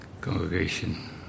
Congregation